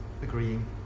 Agreeing